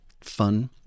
fun